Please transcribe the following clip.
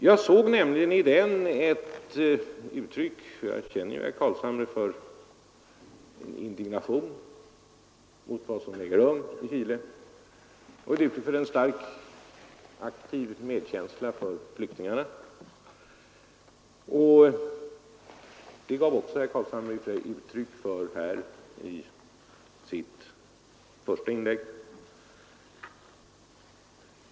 Jag såg nämligen i den ett uttryck — jag känner ju herr Carlshamre — för indignation för vad som äger rum i Chile och för stark, aktiv medkänsla för flyktingarna. Det gav herr Carlshamre i och för sig också uttryck åt i sitt första inlägg här.